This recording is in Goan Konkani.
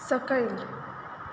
सकयल